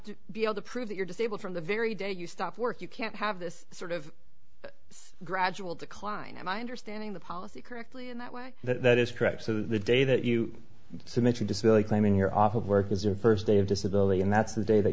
to be able to prove that you're disabled from the very day you stop work you can't have this sort of gradual decline in my understanding the policy correctly in that way that is correct so the day that you see mention disability claiming you're off of work is your first day of disability and that's the day that